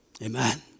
Amen